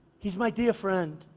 he's my dear friend.